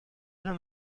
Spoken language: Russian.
дам